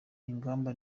ingamba